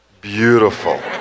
beautiful